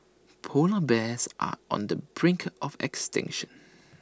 Polar Bears are on the brink of extinction